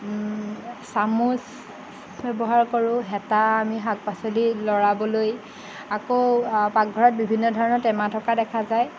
চামুচ ব্যৱহাৰ কৰোঁ হেতা আমি শাক পাচলি লৰাবলৈ আকৌ পাকঘৰত বিভিন্ন ধৰণৰ টেমা থকা দেখা যায়